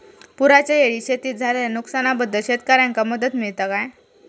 पुराच्यायेळी शेतीत झालेल्या नुकसनाबद्दल शेतकऱ्यांका मदत मिळता काय?